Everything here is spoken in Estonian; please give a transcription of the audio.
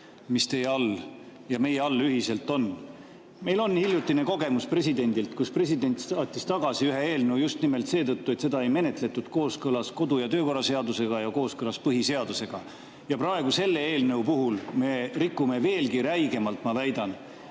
mis teie all ja meie all ühiselt on. Meil on hiljutine kogemus presidendiga, kui president saatis tagasi ühe eelnõu just nimelt seetõttu, et seda ei menetletud kooskõlas kodu‑ ja töökorra seadusega ja kooskõlas põhiseadusega. Praegu selle eelnõu puhul me rikume veelgi räigemalt, ma väidan,